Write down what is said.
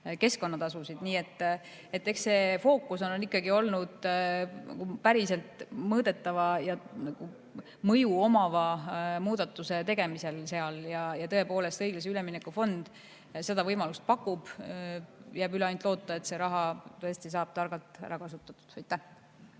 keskkonnatasusid. Eks see fookus on ikkagi olnud päriselt mõõdetavat suuremat mõju omava muudatuse tegemisel seal ja tõepoolest, õiglase ülemineku fond seda võimalust pakub. Jääb üle ainult loota, et see raha tõesti saab targalt ära kasutatud.